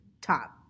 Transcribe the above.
top